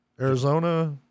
Arizona